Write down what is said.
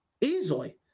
easily